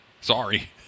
Sorry